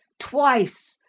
twice,